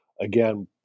again